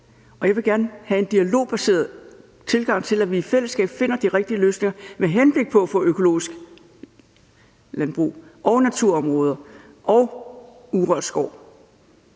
jeg vil gerne have en dialogbaseret tilgang til, at vi i fællesskab finder de rigtige løsninger med henblik på at få økologisk landbrug, naturområder og urørt skov.